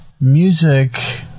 music